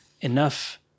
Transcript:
enough